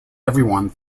everyone